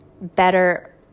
better